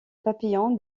papillon